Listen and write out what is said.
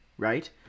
Right